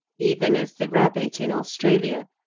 even as the rabbit in australia,